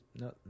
no